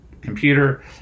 computer